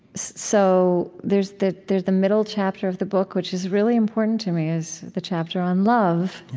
so there's the there's the middle chapter of the book, which is really important to me, is the chapter on love.